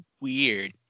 weird